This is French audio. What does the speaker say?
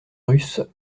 russe